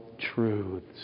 truths